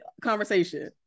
conversation